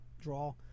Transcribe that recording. draw